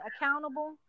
accountable